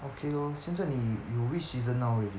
okay lor 现在你 you which season now already